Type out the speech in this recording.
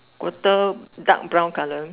quarter dark brown colour